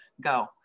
go